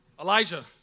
Elijah